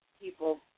people